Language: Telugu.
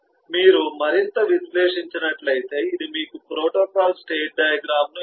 మీరు మరింత విశ్లేషించినట్లయితే ఇది మీకు ప్రోటోకాల్ స్టేట్ డయాగ్రమ్ ను ఇస్తుంది